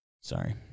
Sorry